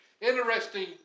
interesting